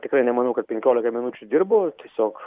tikrai nemanau kad penkiolika minučių dirbo tiesiog